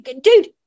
dude